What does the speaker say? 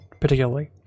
particularly